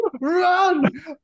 run